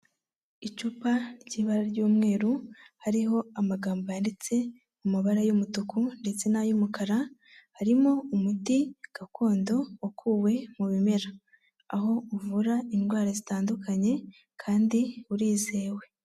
Icupa ry'ibara ry'umweru, hariho amagambo yanditse mu mabara y'umutuku ndetse n'ay'umukara, harimo umuti gakondo wakuwe mu bimera, aho uvura indwara zitandukanye kandi urizewe.